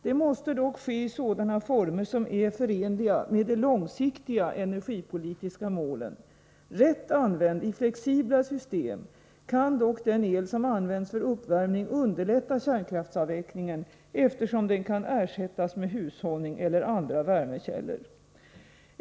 Det måste dock ske i sådana former som är förenliga med de långsiktiga energipolitiska målen. Rätt använd -— i flexibla system — kan dock den el som används för uppvärmning underlätta kärnkraftsavvecklingen, eftersom den kan ersättas med hushållning eller andra värmekällor.